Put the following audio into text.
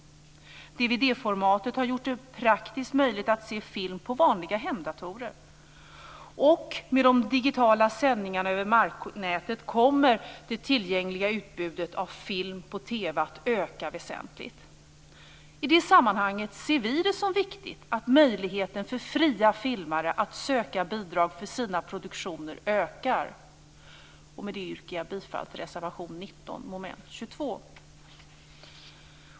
Dvd-formatet har gjort det praktiskt möjligt att se film på vanliga hemdatorer. Med de digitala sändningarna över marknätet kommer det tillgängliga utbudet av film på TV att öka väsentligt. I det sammanhanget ser vi det som viktigt att möjligheten för fria filmare att söka bidrag för sina produktioner ökar. Med detta yrkar jag bifall till reservation 19 under mom. 22.